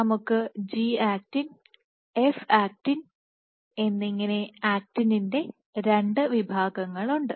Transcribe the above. നമുക്ക് G actin F actin F Actinഎന്നിങ്ങനെ ആക്റ്റിനിൻറെ രണ്ട് വിഭാഗങ്ങളുണ്ട്